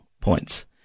points